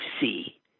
see